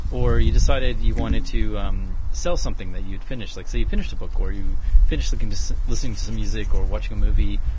or you decided you wanted to um sell something that you'd finished, like say you finished a book or you finished like and listening to some music or watching a movie,